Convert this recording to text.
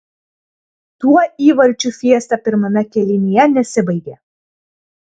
tuo įvarčių fiesta pirmame kėlinyje nesibaigė